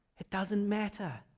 it doesn't matter.